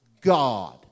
God